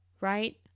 right